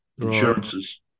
insurances